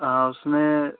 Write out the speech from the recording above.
हाँ उसमें